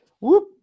whoop